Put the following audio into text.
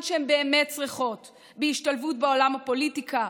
שהן באמת צריכות: בהשתלבות בעולם הפוליטיקה,